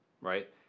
right